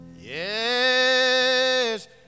Yes